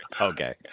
Okay